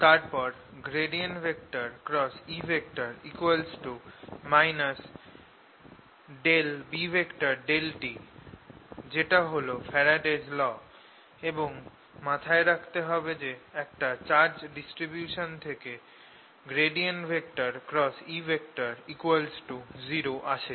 তারপর E B∂t যেটা হল ফ্যারাডেস ল Faradays law এবং মাথায় রাখতে হবে যে একটা চার্জ ডিসট্রিবিউশন থেকে E0 আসে